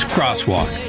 Crosswalk